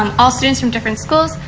um all students from different schools.